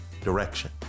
direction